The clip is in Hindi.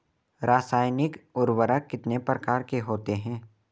रासायनिक उर्वरक कितने प्रकार के होते हैं?